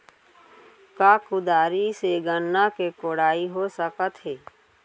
का कुदारी से गन्ना के कोड़ाई हो सकत हे?